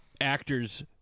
actors